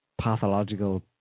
pathological